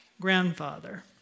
grandfather